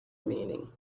meaning